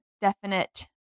definite